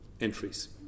entries